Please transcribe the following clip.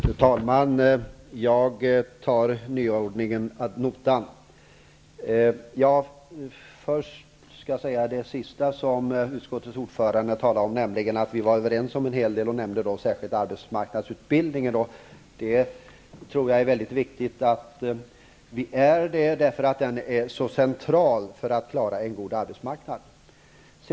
Fru talman! Jag rättar mig efter talmannens anvisningar att tala från bänken. Först vill jag anknyta till det som utskottets ordförande talade om, nämligen att vi är överens om en hel del; hon nämnde särskilt arbetsmarknadsutbildningen. Jag tror att det är viktigt att vi är överens på den punkten, eftersom den är av en sådan central betydelse för att vi skall kunna ha en god arbetsmarknad.